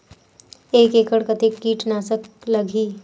एक एकड़ कतेक किट नाशक लगही?